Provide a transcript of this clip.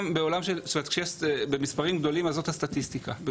במספרים גדולים זאת הסטטיסטיקה.